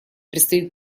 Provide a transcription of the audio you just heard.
предстоит